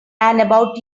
about